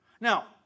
Now